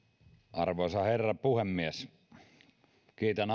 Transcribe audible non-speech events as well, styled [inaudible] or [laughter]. arvoisa herra puhemies kiitän [unintelligible]